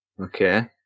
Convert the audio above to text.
okay